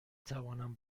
توانم